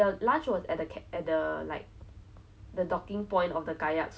by by the fact that she vomited everything out like you know ugh